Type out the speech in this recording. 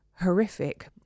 horrific